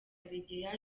karegeya